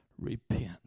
Repent